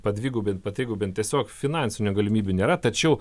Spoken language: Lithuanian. padvigubint patrigubint tiesiog finansinių galimybių nėra tačiau